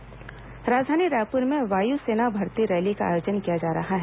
वायु सेना भर्ती रैली राजधानी रायपुर में वायु सेना भर्ती रैली का आयोजन किया जा रहा है